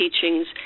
teachings